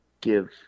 give